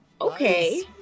okay